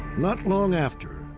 not long after,